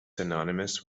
synonymous